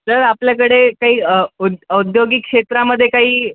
sir आपल्याकडे काही उद औद्योगिक क्षेत्रामध्ये काही